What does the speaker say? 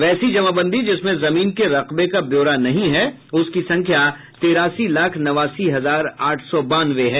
वैसी जमाबंदी जिसमें जमीन के रकबे का ब्योरा नहीं है उसकी संख्या तेरासी लाख नवासी हजार आठ सौ बानवे है